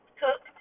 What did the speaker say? cook